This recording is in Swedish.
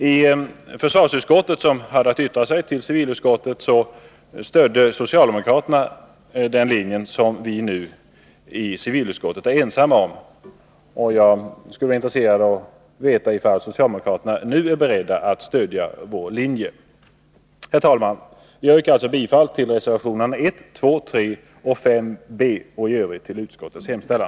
I försvarsutskottet, som hade att yttra sig till civilutskottet, stödde socialdemokraterna den linje som vi nu är ensamma om i civilutskottet. Jag är intresserad av att få veta om socialdemokraterna nu är beredda att stödja vår linje. Herr talman! Jag yrkar bifall till reservationerna 1, 2, 3, 5 b och i övrigt till utskottets hemställan.